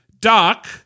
Doc